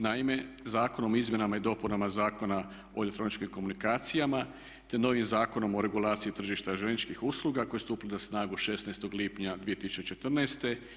Naime, Zakonom o izmjenama i dopunama Zakona o elektroničkim komunikacijama, te novim Zakonom o regulaciji tržišta željezničkih usluga koji su stupili na snagu 16. lipnja 2014.